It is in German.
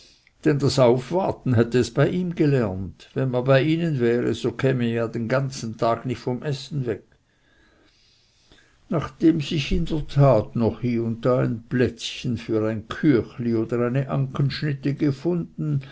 denn das aufwarten hätte es bei ihm gelernt wenn man bei ihnen wäre so käme man ja den ganzen tag nicht vom essen weg nachdem sich in der tat noch hie und da ein plätzchen für ein küchli oder eine ankenschnitte gefunden